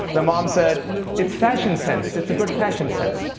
the mom said it's fashion sense. it's a good fashion sense.